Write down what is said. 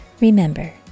Remember